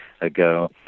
ago